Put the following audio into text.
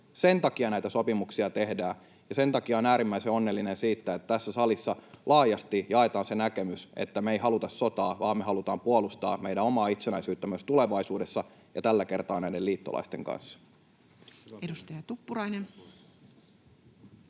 Sen takia näitä sopimuksia tehdään, ja sen takia olen äärimmäisen onnellinen siitä, että tässä salissa laajasti jaetaan se näkemys, että me ei haluta sotaa vaan me halutaan puolustaa meidän omaa itsenäisyyttämme myös tulevaisuudessa ja tällä kertaa näiden liittolaisten kanssa. Edustaja Tuppurainen.